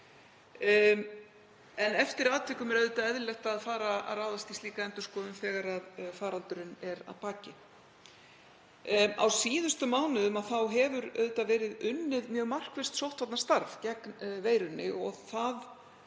Eftir atvikum er auðvitað eðlilegt að ráðast í slíka endurskoðun þegar faraldurinn er að baki. Á síðustu mánuðum hefur verið unnið mjög markvisst sóttvarnastarf gegn veirunni og því